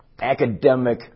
academic